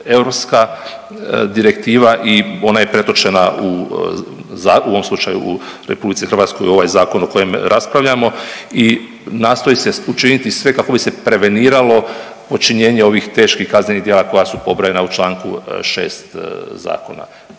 Europska direktiva i ona je pretočena u ovom slučaju u RH u ovoj zakon o kojem raspravljamo i nastoji se učiniti sve kako bi se preveniralo počinjenje ovih teških kaznenih djela koja su pobrojana u Članku 6. zakona.